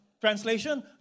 Translation